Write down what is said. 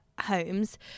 homes